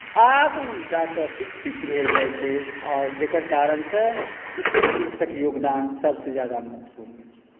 आगू जा कऽ विकसित भेल जाइत छै आओर जकर कारणसँ स्त्री पुरुषक योगदान सभसँ ज्यादा महत्वपूर्ण होइत छै